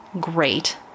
great